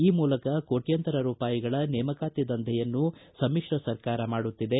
ಈ ಮೂಲಕ ಕೋಟ್ತಂತರ ರೂಪಾಯಿಗಳ ನೇಮಕಾತಿ ದಂಧೆಯನ್ನು ಸಮಿಶ್ರ ಸರ್ಕಾರ ಮಾಡುತ್ತಿದೆ